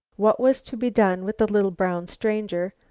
what was to be done with the little brown stranger,